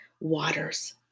waters